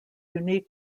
unique